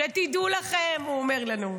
שתדעו לכם, הוא אומר לנו,